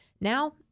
Now